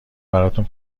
براتون